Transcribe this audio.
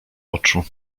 oczu